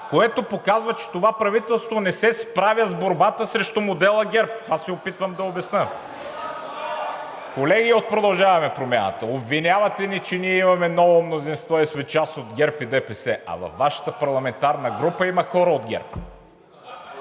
което показва, че това правителство не се справя с борбата срещу модела ГЕРБ. Това се опитвам да обясня. (Реплики от „Продължаваме Промяната“.) Колеги от „Продължаваме Промяната“, обвинявате ни, че ние имаме ново мнозинство и сме част от ГЕРБ и ДПС, а във Вашата парламентарна група има хора от ГЕРБ.